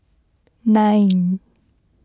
nine